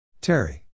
Terry